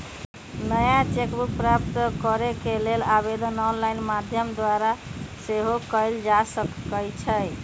नया cheque book प्राप्त करेके लेल आवेदन ऑनलाइन माध्यम द्वारा सेहो कएल जा सकइ छै